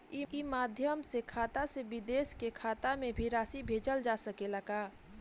ई माध्यम से खाता से विदेश के खाता में भी राशि भेजल जा सकेला का?